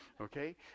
okay